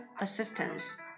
Assistance